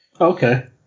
Okay